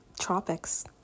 tropics